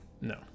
No